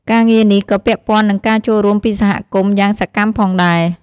ការងារនេះក៏ពាក់ព័ន្ធនឹងការចូលរួមពីសហគមន៍ យ៉ាងសកម្មផងដែរ។